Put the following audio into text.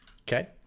Okay